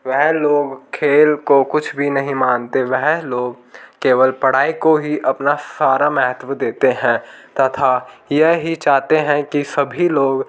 वह लोग खेल को कुछ भी नहीं मानते वह लोग केवल पढ़ाई को ही अपना सारा महत्व देते हैं तथा यही चाहते हैं कि सभी लोग